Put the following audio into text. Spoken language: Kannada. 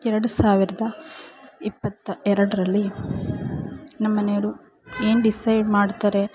ಎರಡು ಸಾವಿರದ ಇಪ್ಪತ್ತ ಎರಡರಲ್ಲಿ ನಮ್ಮ ಮನೆಯವ್ರು ಏನು ಡಿಸೈಡ್ ಮಾಡ್ತಾರೆ